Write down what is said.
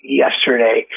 yesterday